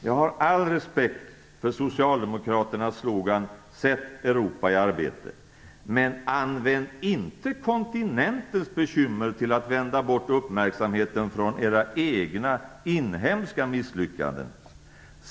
Jag har all respekt för socialdemokraternas slogan Sätt Europa i arbete. Men använd inte kontinentens bekymmer för att vända uppmärksamheten från era egna inhemska misslyckanden!